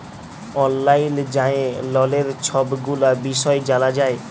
অললাইল যাঁয়ে ললের ছব গুলা বিষয় জালা যায়